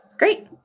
Great